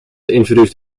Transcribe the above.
introduced